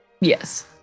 Yes